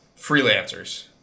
freelancers